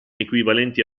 equivalenti